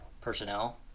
personnel